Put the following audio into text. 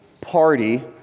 party